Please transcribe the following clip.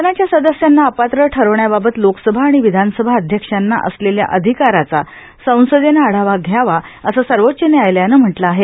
सदनाच्या सदस्यांना अपात्र ठरवण्याबाबत लोकसभा आणि विधानसभा अध्यक्षांना असलेल्या अधिकारांचा संसदेनं आढावा घ्यावाए असं सर्वोच्च न्यायालयानं म्हटलं आहे